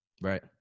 Right